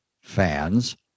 fans